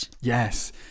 Yes